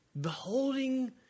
Beholding